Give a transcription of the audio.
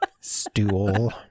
Stool